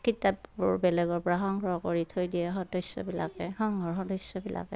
কিতাপবোৰ বেলেগৰপৰা সংগ্ৰহ কৰি থৈ দিয়ে সদস্যবিলাকে সংগ্ৰহৰ সদস্যবিলাকে